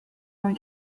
vingt